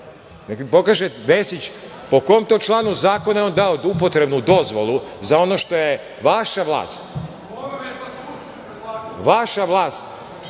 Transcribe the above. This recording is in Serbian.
Neka mi pokaže Vesić po kom to članu zakona je on dao upotrebnu dozvolu za ono što je vaša vlast donela